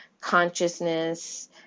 consciousness